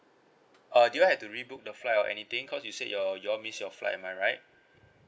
uh do you all have to re-book the flight or anything cause you say you all you all missed your flight am I right